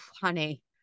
honey